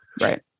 Right